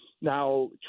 now